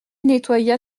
nettoya